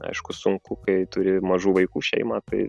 aišku sunku kai turi mažų vaikų šeimą tai